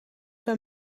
bij